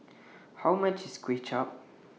How much IS Kuay Chap